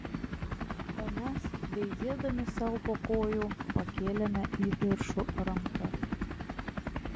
o mes veizėdami sau po kojų pakėlėme į viršų rankas